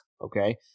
okay